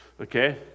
Okay